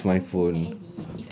oh as in use my phone